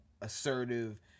assertive